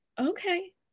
okay